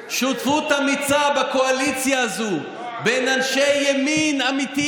איתמר בן גביר כתב ולא אנשי הציונות הדתית